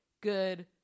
good